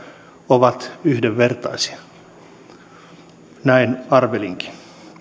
ovat yhdenvertaisia näin arvelinkin